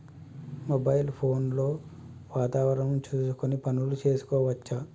Mobile phone లో వాతావరణం చూసుకొని పనులు చేసుకోవచ్చా?